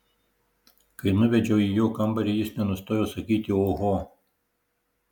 kai nuvedžiau į jo kambarį jis nenustojo sakyti oho